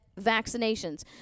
vaccinations